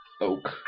Oak